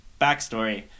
backstory